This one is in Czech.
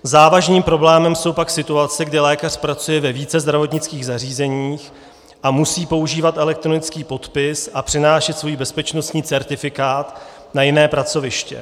Závažným problémem jsou pak situace, kdy lékař pracuje ve více zdravotnických zařízení a musí používat elektronický podpis a přenášet svůj bezpečnostní certifikát na jiné pracoviště.